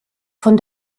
von